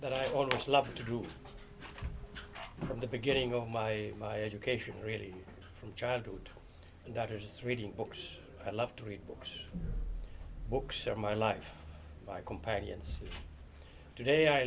that i always loved to do from the beginning of my my education really from childhood doctors reading books i love to read books books are my life my companions today i